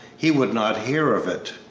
he would not hear of it.